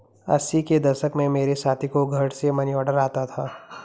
अस्सी के दशक में मेरे साथी को घर से मनीऑर्डर आता था